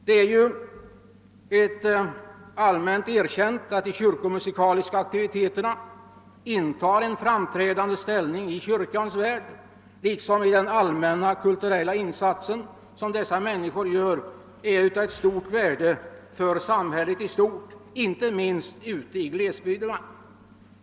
Det är ju ett allmänt erkänt förhållande att de kyrkomusikaliska aktiviteterna intar en framträdande plats i kyrkans värld, liksom den allmänna kulturella insats som dessa människor gör är av stort värde för samhället som sådant, inte minst ute i glesbygderna.